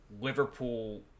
Liverpool